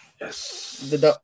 Yes